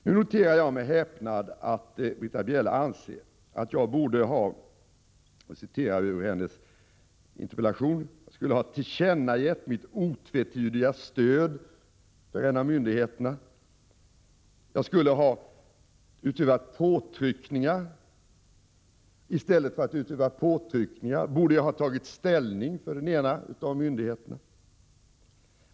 Nu noterar jag med häpnad att Britta Bjelle anser att jag borde — jag citerar ur hennes interpellation — ha tillkännagivit mitt ”otvetydiga stöd” för en av myndigheterna och att jag i stället för att utöva påtryckningar borde ha tagit ställning för den ena av myndigheterna.